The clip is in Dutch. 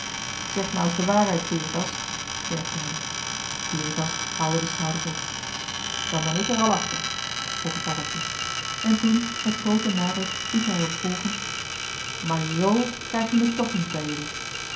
zeg nou s de waarheid veritas tergde hij veritas haalde de schouders op dan ben ik er al achter spotte paddeltje en toen met grooten nadruk liet hij er op volgen maar zoo krijg je me toch niet bij jelui